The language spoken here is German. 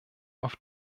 auf